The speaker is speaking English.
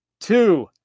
two